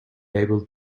able